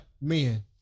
men